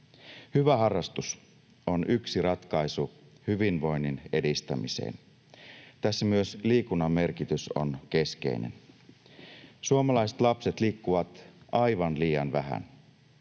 Hyvä harrastus on yksi ratkaisu hyvinvoinnin edistämiseen. Tässä myös liikunnan merkitys on keskeinen. Suomalaiset lapset liikkuvat aivan liian vähän.